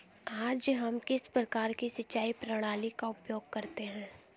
आज हम किस प्रकार की सिंचाई प्रणाली का उपयोग करते हैं?